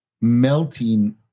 melting